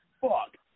Fuck